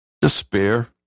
despair